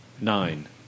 Nine